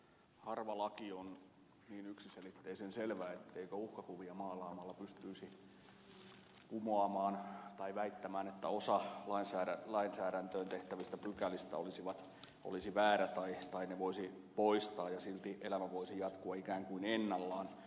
harva laki on niin yksiselitteisen selvä etteikö uhkakuvia maalaamalla pystyisi kumoamaan tai väittämään että osa lainsäädäntöön tehtävistä pykälistä olisi vääriä tai ne voisi poistaa ja silti elämä voisi jatkua ikään kuin ennallaan